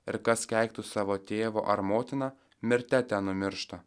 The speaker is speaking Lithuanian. ir kas keiktų savo tėvo ar motiną mirte tenumiršta